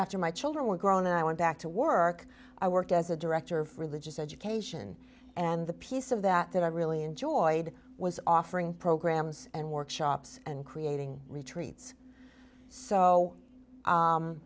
after my children were grown and i went back to work i worked as a director of religious education and the piece of that that i really enjoyed was offering programs and workshops and creating retreats so